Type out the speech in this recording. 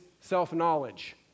self-knowledge